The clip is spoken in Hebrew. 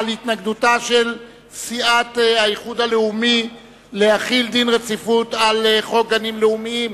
התנגדותה של סיעת האיחוד הלאומי להחיל דין רציפות על חוק גנים לאומיים,